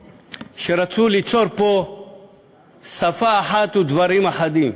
שרצו ליצור פה שפה אחת ודברים אחדים.